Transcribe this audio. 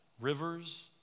rivers